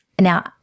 Now